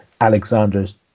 Alexandra's